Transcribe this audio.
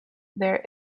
there